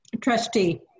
trustee